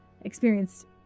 experienced